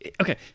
Okay